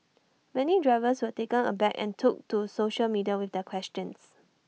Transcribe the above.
many drivers were taken aback and took to social media with their questions